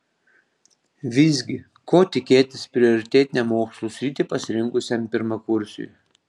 visgi ko tikėtis prioritetinę mokslų sritį pasirinkusiam pirmakursiui